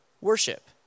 worship